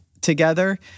together